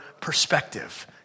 perspective